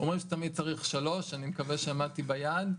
אומרים שתמיד צריך שלוש, אני מקווה שעמדתי ביעד.